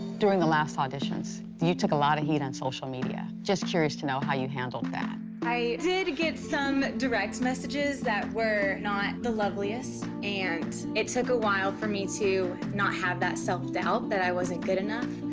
during the last auditions, you took a lot of heat on social media. just curious to know how you handled that? i did get some direct messages that were not the loveliest and it took a while for me to not have that self doubt that i wasn't good enough.